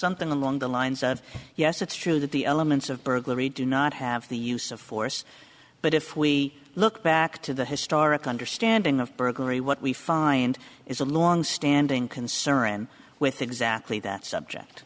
something along the lines of yes it's true that the elements of burglary do not have the use of force but if we look back to the historic understanding of burglary what we find is a long standing concern with exactly that subject